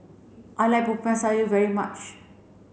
I like Popiah Sayur very much